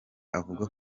avuga